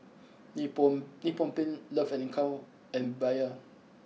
Nippon Nippon Paint Love and Co and Bia